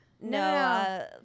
No